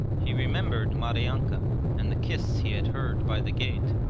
he remembered maryanka and the kiss he had heard by the gate,